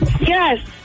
Yes